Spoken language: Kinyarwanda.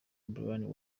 bryan